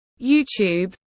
YouTube